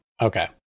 Okay